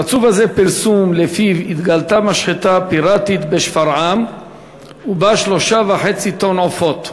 רצוף בזה פרסום שלפיו התגלתה בשפרעם משחטה פיראטית ובה 3.5 טונות עופות.